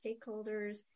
stakeholders